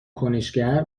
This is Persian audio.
کنشگر